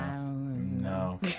No